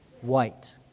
White